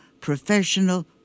professional